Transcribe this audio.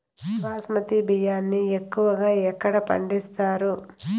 బాస్మతి బియ్యాన్ని ఎక్కువగా ఎక్కడ పండిస్తారు?